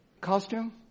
costume